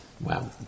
Wow